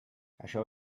això